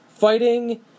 Fighting